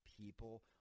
people